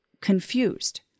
confused